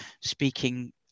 speaking